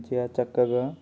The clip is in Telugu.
మంచిగా చక్కగా